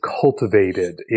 cultivated